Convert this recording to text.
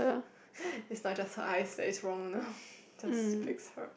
it's like just now I say is wrong enough just speak to her